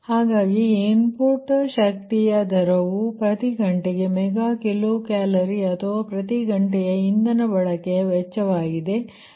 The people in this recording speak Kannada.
ಆದ್ದರಿಂದ ಇನ್ಪುಟ್ ಶಕ್ತಿಯ ದರವು ಪ್ರತಿ ಗಂಟೆಗೆ ಮೆಗಾ ಕಿಲೋ ಕ್ಯಾಲೋರಿ ಅಥವಾ ಪ್ರತಿ ಗಂಟೆಯ ಇಂಧನ ಬಳಕೆಯ ವೆಚ್ಚವಾಗಿದೆCi